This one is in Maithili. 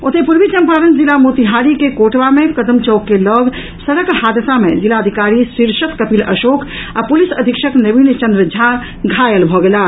ओतहि पूर्वी चंपारण जिला मोतिहारी के कोटवा मे कदमचौक के लऽग सड़क हादसा मे जिलाधिकारी शीर्षत कपिल अशोक आ पुलिस अधीक्षक नवीन चंद्र झा घायल भऽ गेलाह